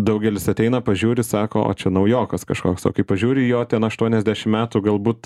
daugelis ateina pažiūri sako o čia naujokas kažkoks o kai pažiūri į jo ten aštuoniasdešim metų galbūt